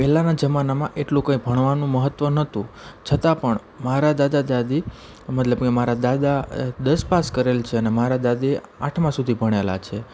પહેલાંના જમાનામાં એટલું કંઇ ભણવાનું મહત્વ નહોતું છતાં પણ મારા દાદા દાદી મતલબ મેં મારા દાદા દસ પાસ કરેલ છે અને મારાં દાદી આઠમાં સુધી ભણેલાં છે